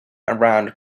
around